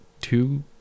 two